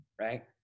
right